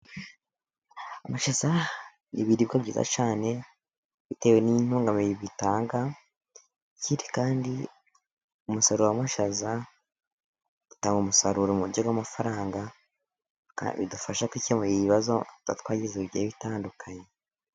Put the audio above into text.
Amashaza ni ibiribwa byiza cyane bitewe n'intungabiri bitanga .Ikindi kandi umusaruro w'amashaza utanga umusaruro mu buryo bw'amafaranga . Kandi bidufasha gukemura ibibazo tuba twagize bigiye bitandukanye.